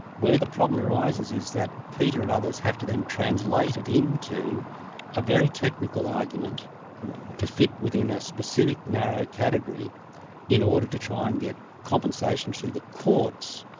where the problem arises is that peter and others have to then translate it into a very technical argument to fit within a specific narrow category in order to try and get compensation through the courts,